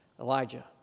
Elijah